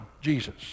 Jesus